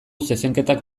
zezenketak